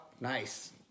Nice